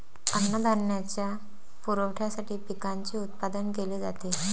अन्नधान्याच्या पुरवठ्यासाठी पिकांचे उत्पादन केले जाते